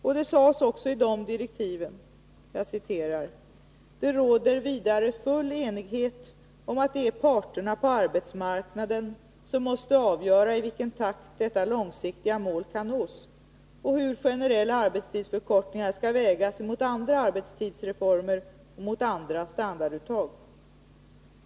I dessa direktiv sades det också: ”Det råder vidare full enighet om att det är parterna på arbetsmarknaden som måste avgöra i vilken takt detta långsiktiga mål kan nås och hur generella arbetstidsförkortningar skall vägas mot andra arbetstidsreformer och mot andra standarduttag.